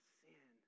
sin